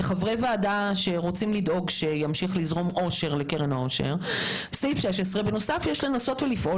כחברי ועדה שרוצים בהמשך הזרמת עושר לקרן העושר: "בנוסף יש לפעול